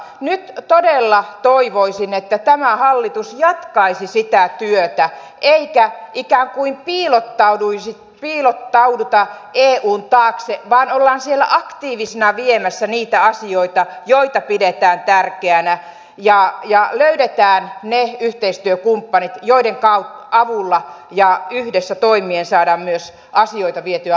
nyt todella toivoisin että tämä hallitus jatkaisi sitä työtä eikä ikään kuin piilottauduta eun taakse vaan ollaan siellä aktiivisena viemässä eteenpäin niitä asioita joita pidetään tärkeinä ja löydetään ne yhteistyökumppanit joiden avulla yhdessä toimien saadaan myös asioita vietyä loppuun